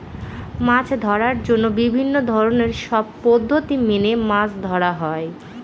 মাছ ধরার জন্য বিভিন্ন ধরনের সব পদ্ধতি মেনে মাছ ধরা হয়